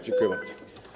Dziękuję bardzo.